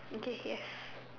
okay yes